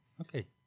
okay